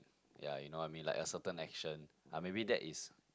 ya you know what I mean like a certain action uh maybe that is